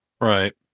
Right